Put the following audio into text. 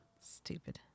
Stupid